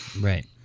right